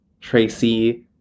Tracy